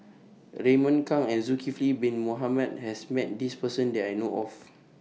Raymond Kang and Zulkifli Bin Mohamed has Met This Person that I know of